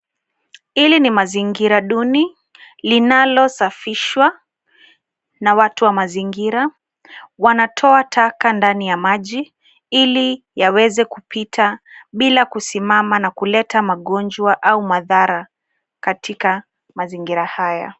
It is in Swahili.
Hili ni mazingira duni, linalosafishwa na watu wa mazingira. Wanatoa taka ndani ya maji ili yaweze kupita bila kusimama na kuleta magonjwa ama madhara katika mazingira haya.